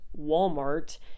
walmart